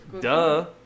Duh